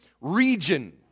region